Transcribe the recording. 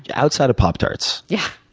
outside of pop-tarts yeah,